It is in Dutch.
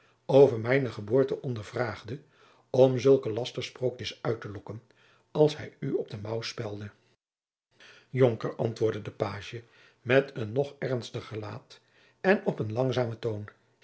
over mijne geboorte ondervraagdet om zulke lastersprookjens uittelokken als hij u op den mouw spelde jonker antwoordde de pagie met een nog ernstiger gelaat en op een langzamen toon